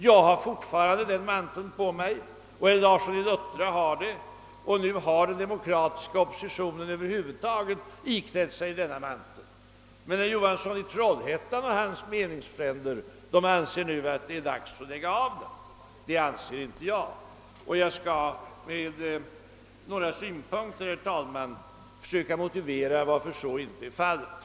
Jag har fortfarande den manteln på mig, herr Larsson i Luttra likaså, och nu har den demokratiska oppositionen över huvud taget iklätt sig den. Men herr Johansson i Trollhättan och hans meningsfränder menar nu att det är dags att lägga av den. Det anser inte jag, och jag skall med några synpunkter, herr talman, försöka förklara varför så inte är fallet.